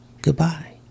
goodbye